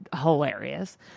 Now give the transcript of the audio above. hilarious